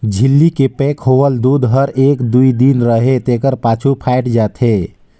झिल्ली के पैक होवल दूद हर एक दुइ दिन रहें के पाछू फ़ायट जाथे